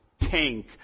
tank